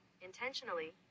intentionally